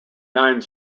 nine